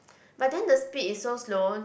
but then the speed is so slow